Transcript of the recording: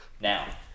Now